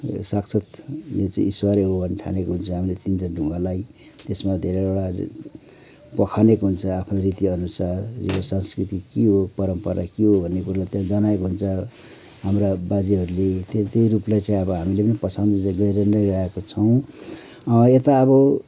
साक्षात यो चाहिँ ईश्वरै हो भन्ने ठानेको हुन्छ हामीले तिनवटा ढुङ्गालाई त्यसमा धेरैवटा बखानिएको हुन्छ आफ्नो रीतिअनुसार संस्कृति के हो परम्परा के हो भन्ने कुरालाई त्यहाँ जनाएको हुन्छ हाम्रा बाजेहरूले त्यही रूपले चाहिँ अब हामीले पनि पछ्याउँदै चाहिँ गइरहेका छौँ यता अब